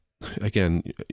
again